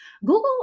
Google